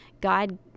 God